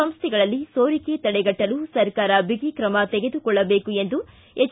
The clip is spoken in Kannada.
ಸಂಸ್ಥೆಗಳಲ್ಲಿ ಸೋರಿಕೆ ತಡೆಗಟ್ಟಲು ಸರ್ಕಾರ ಬಿಗಿ ಕ್ರಮ ತೆಗೆದುಕೊಳ್ಳದೇಕು ಎಂದು ಹೆಚ್